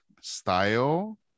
style